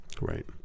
Right